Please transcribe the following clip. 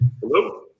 Hello